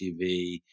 TV